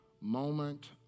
moment